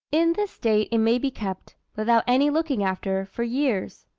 in this state it may be kept, without any looking after, for years.